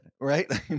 right